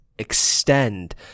extend